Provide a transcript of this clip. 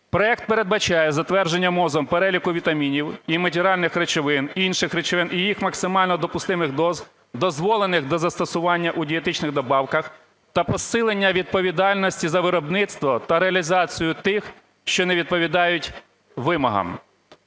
Проект передбачає затвердження МОЗ переліку вітамінів і мінеральних речовин, інших речовин і їх максимально допустимих доз, дозволених до застосування у дієтичних добавках, та посилення відповідальності за виробництво та реалізацію тих, що не відповідають вимогам.